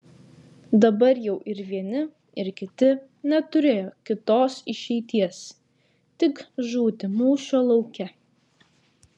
dabar jau ir vieni ir kiti neturėjo kitos išeities tik žūti mūšio lauke